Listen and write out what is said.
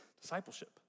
discipleship